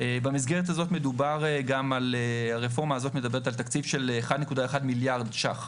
במסגרת הזאת מדובר גם על תקציב של 1.1 מיליארד שקלים